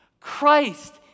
Christ